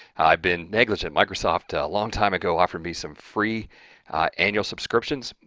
i've been negligent. microsoft a long time ago offered me some free annual subscriptions.